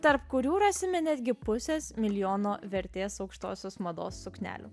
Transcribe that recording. tarp kurių rasime netgi pusės milijono vertės aukštosios mados suknelių